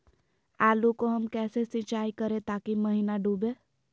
आलू को हम कैसे सिंचाई करे ताकी महिना डूबे?